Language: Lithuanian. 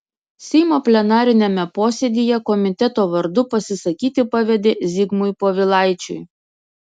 seimo plenariniame posėdyje komiteto vardu pasisakyti pavedė zigmui povilaičiui